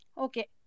Okay